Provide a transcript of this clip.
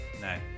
No